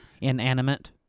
inanimate